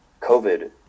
COVID